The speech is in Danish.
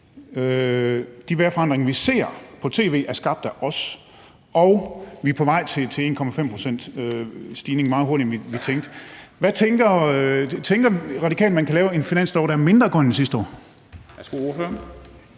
de vejrforandringer, vi ser på tv, er skabt af os, og at vi er på vej til en 1,5-procentsstigning meget hurtigere, end vi tænkte. Tænker Radikale, at man kan lave en finanslov, der er mindre grøn end sidste år?